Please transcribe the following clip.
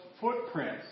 footprints